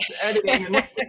editing